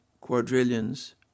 quadrillions